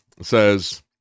says